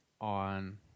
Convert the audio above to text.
on